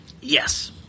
Yes